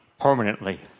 permanently